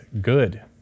good